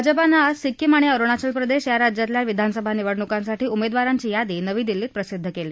भाजपनं आज सिक्कीम आणि अरुणाचल प्रदेश या राज्यांतल्या विधानसभा निवडण्कांसाठी उमेदवारांची यादी नवी दिल्लीत प्रसिद्ध केली